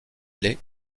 lai